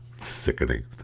sickening